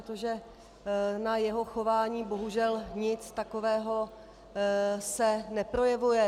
Protože na jeho chování se bohužel nic takového neprojevuje.